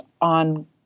on